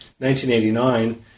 1989